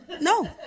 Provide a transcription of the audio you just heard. No